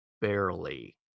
barely